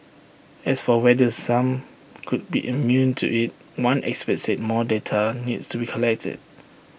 as for whether some could be immune to IT one expert said more data needs to be collated